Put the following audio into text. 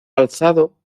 alzado